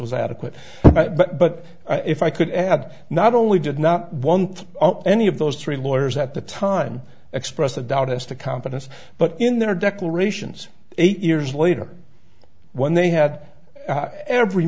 was adequate but if i could add not only did not one any of those three lawyers at the time expressed a doubt as to confidence but in their declarations eight years later when they had every